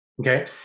okay